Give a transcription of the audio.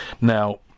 Now